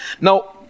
Now